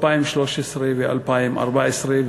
2013 ו-2014,